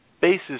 basis